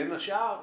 בין השאר,